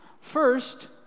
First